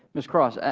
ms. cross, ah